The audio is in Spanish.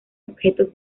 objetos